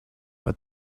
but